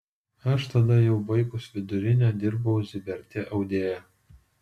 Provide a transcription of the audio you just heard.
aš tada jau baigus vidurinę dirbau ziberte audėja